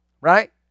Right